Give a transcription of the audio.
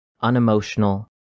unemotional